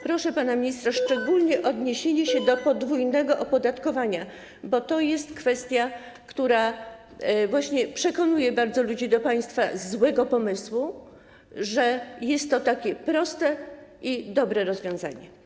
Proszę pana ministra szczególnie o odniesienie się do kwestii podwójnego opodatkowania, bo to jest kwestia, która właśnie bardzo przekonuje ludzi do państwa złego pomysłu, że jest to takie proste i dobre rozwiązanie.